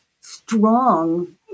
strong